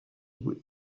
would